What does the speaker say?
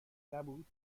نبود